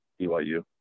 BYU